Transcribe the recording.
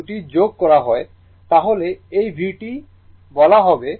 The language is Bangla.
যদি এই দুটি যোগ করা হয় তাহলে এই vt বলা হবে